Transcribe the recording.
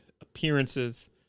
appearances